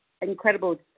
incredible